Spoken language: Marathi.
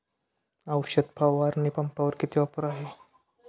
औषध फवारणी पंपावर किती ऑफर आहे?